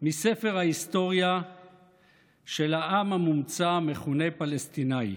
מספר ההיסטוריה של העם המומצא המכונה "פלסטיני".